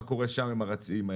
מה קורה שם עם היצרנים?